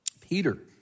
Peter